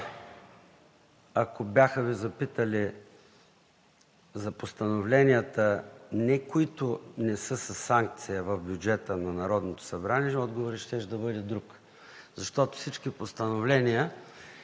ако бяха Ви запитали за постановленията, които не са със санкция в бюджета на Народното събрание, отговорът щеше да бъде друг, защото всички постановления